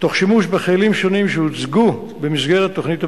תוך שימוש בכלים שונים שהוצגו במסגרת תוכנית הבטיחות.